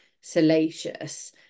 salacious